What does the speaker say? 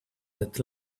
that